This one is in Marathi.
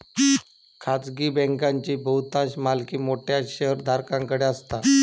खाजगी बँकांची बहुतांश मालकी मोठ्या शेयरधारकांकडे असता